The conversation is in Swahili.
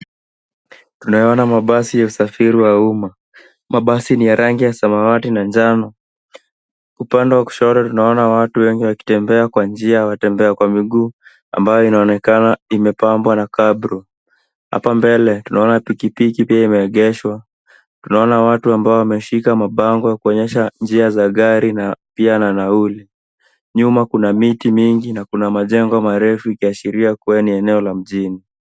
Tunayaona mabasi ya usafiri wa umma. Mabasi ni ya rangi ya samawati na njano. Upande wa kushoto tunaona watu wengi wakitembea kwa njia ya watembea kwa miguu, ambayo inaonekana imepambwa na kabro. Hapa mbele, tunaona pikipiki pia imeegeshwa. Tunaona watu ambao wameshika mabango ya kuonyesha njia za gari na pia na nauli. Nyuma kuna miti mingi na kuna majengo marefu ikiashiria kuwa ni eneo la mjini.